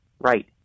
Right